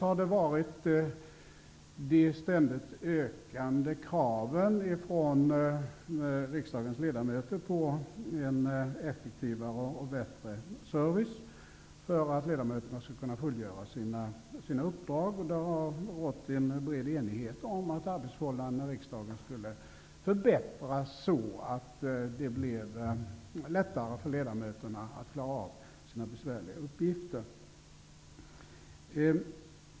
En annan orsak är de ständigt ökande kraven från riksdagens ledamöter på en effektivare och bättre service för att kunna fullgöra sina uppdrag. Det har rått bred enighet om att arbetsförhållandena i riksdagen skulle förbättras så, att det blev lättare för ledamöterna att klara av sina besvärliga uppgifter.